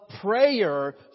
prayer